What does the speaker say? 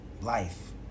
life